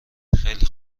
خیلی